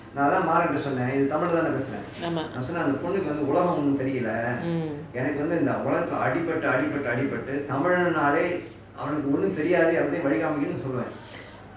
ஆமாம்:aamaam mm